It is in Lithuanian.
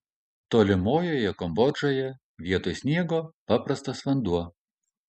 tolimojoje kambodžoje vietoj sniego paprastas vanduo